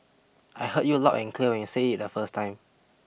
I heard you loud and clear when you said it the first time